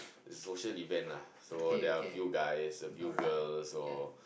is social event lah so there are a few guys a few girls or